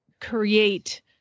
create